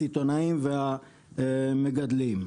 הסיטונאים והמגדלים.